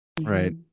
Right